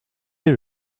est